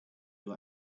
you